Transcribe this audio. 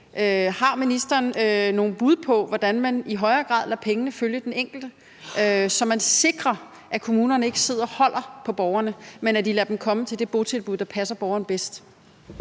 Har ministeren nogen bud på, hvordan man i højere grad lader pengene følge den enkelte, så man sikrer, at kommunerne ikke sidder og holder på borgerne, men at de lader dem komme til det botilbud, der passer borgeren bedst?